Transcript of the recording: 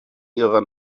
ihrer